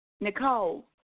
nicole